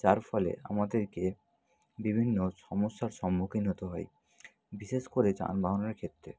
যার ফলে আমাদেরকে বিভিন্ন সমস্যার সম্মুখীন হতে হয় বিশেষ করে যানবাহনের ক্ষেত্রে